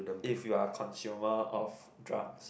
if you are consumer of drugs